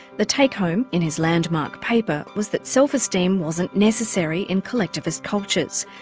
the take-home in his landmark paper was that self-esteem wasn't necessary in collectivist cultures.